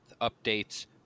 updates